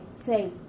Say